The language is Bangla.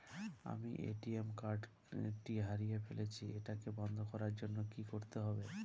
আমি এ.টি.এম কার্ড টি হারিয়ে ফেলেছি এটাকে বন্ধ করার জন্য কি করতে হবে?